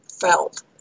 felt